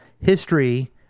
history